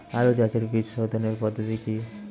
আলু চাষের বীজ সোধনের পদ্ধতি কি?